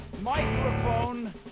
microphone